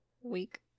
week